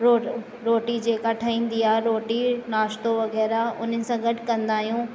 वो रो रोटी जेका ठहींदी आहे रोटी नाश्तो वगै़रह उन्हनि सां गॾु कंदा आहियूं